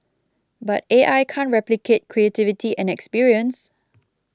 but A I can't replicate creativity and experience